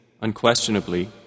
Unquestionably